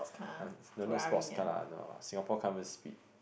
!huh! don't need sport cars lah no Singapore can't even speed